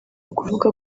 kuvuga